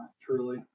truly